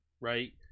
right